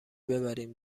ببریم